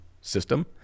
system